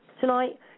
tonight